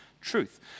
truth